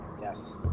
Yes